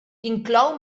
inclou